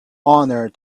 honour